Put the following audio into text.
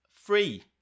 Free